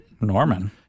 Norman